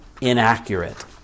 inaccurate